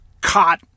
caught